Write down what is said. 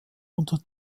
unter